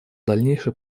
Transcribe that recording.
дальнейшей